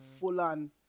full-on